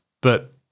but-